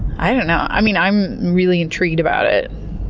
i don't know. i mean, i'm really intrigued about it.